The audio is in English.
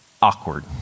awkward